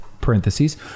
parentheses